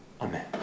Amen